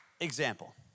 Example